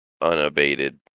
unabated